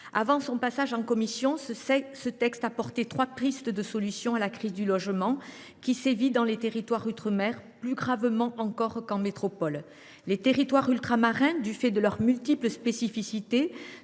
Avant son examen en commission, ce texte comportait trois pistes de solutions à la crise du logement qui sévit dans les outre mer plus gravement encore qu’en métropole. Les territoires ultramarins, du fait de leurs multiples spécificités,